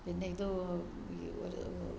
പിന്നെ ഇത്